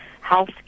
health